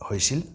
হৈছিল